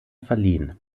verliehen